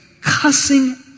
cussing